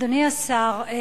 אדוני השר,